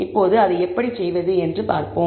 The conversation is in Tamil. இப்போது அதை எப்படி செய்வது என்று பார்ப்போம்